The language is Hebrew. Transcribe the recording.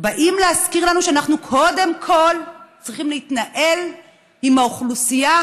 באים להזכיר לנו שאנחנו קודם כול צריכים להתנהל עם האוכלוסייה